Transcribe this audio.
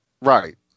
Right